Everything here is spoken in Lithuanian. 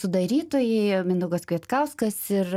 sudarytojai mindaugas kvietkauskas ir